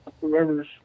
whoever's